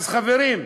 נא לסיים.